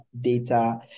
data